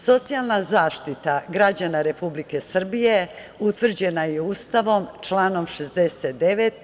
Socijalna zaštita građana Republike Srbije utvrđena je Ustavom, članom 69.